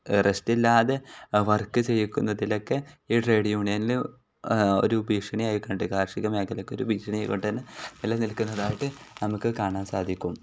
റസ്റ്റില്ലാതെ work ചെയ്യിക്കുന്നതിലൊക്കെ ഈ trade യൂണിയനിൽ ഒരു ഭീഷണി ആയിക്കൊണ്ട് കാർഷിക മേഖലക്കൊരു ഭീഷണി ആയിക്കൊണ്ട് നിലനിൽക്കുന്നതായിട്ട് നമുക്ക് കാണാൻ സാധിക്കും